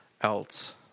else